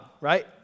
right